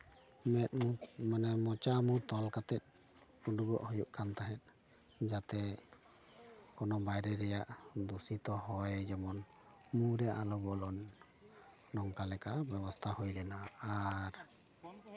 ᱢᱮᱫ ᱢᱟᱱᱮ ᱢᱚᱪᱟ ᱢᱩ ᱛᱚᱞ ᱠᱟᱛᱮᱜ ᱩᱰᱩᱜᱚᱜ ᱦᱩᱭᱩᱜ ᱠᱟᱱ ᱛᱟᱦᱮᱸᱫ ᱡᱟᱛᱮ ᱚᱱᱟ ᱵᱟᱭᱨᱮ ᱨᱮᱭᱟᱜ ᱫᱩᱥᱤᱛᱚ ᱦᱚᱭ ᱡᱮᱢᱚᱱ ᱢᱩ ᱨᱮ ᱟᱞᱚ ᱵᱚᱞᱚᱱ ᱱᱚᱝᱠᱟ ᱞᱮᱠᱟ ᱵᱮᱵᱚᱥᱛᱷᱟ ᱦᱩᱭ ᱞᱮᱱᱟ ᱟᱨ